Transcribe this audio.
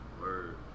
Word